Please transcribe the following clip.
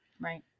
Right